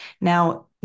Now